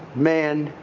man,